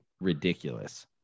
ridiculous